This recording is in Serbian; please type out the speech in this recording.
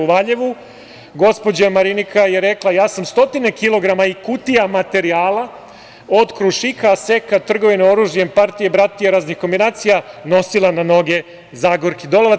U Valjevu 15. jula 2021. godine gospođa Marinika je rekla - ja sam stotine kilograma i kutija materijala od „Krušika“, „Aseka“, trgovine oružjem, partije, bratije, raznih kombinacija nosila na noge Zagorki Dolovac.